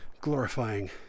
glorifying